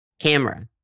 camera